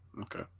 okay